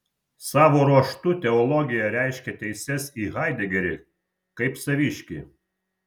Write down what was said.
savo ruožtu teologija reiškė teises į haidegerį kaip saviškį